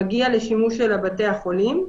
מגיע לשימוש של בתי החולים.